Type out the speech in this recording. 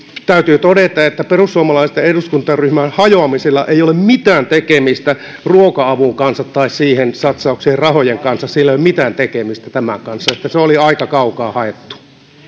täytyy todeta että perussuomalaisten eduskuntaryhmän hajoamisella ei ole mitään tekemistä ruoka avun kanssa tai siihen satsattavien rahojen kanssa sillä ei ole mitään tekemistä tämän kanssa eli se oli aika kaukaa haettu